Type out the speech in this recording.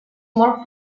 molt